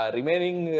Remaining